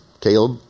Caleb